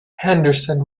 henderson